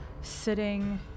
Sitting